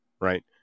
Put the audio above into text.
right